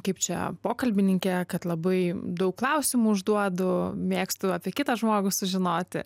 kaip čia pokalbininke kad labai daug klausimų užduodu mėgstu apie kitą žmogų sužinoti